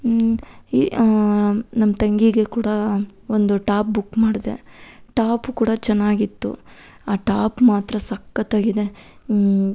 E ನಮ್ಮ ತಂಗಿಗೆ ಕೂಡ ಒಂದು ಟಾಪ್ ಬುಕ್ ಮಾಡಿದೆ ಟಾಪು ಕೂಡ ಚೆನ್ನಾಗಿತ್ತು ಆ ಟಾಪ್ ಮಾತ್ರ ಸಖತ್ತಾಗಿದೆ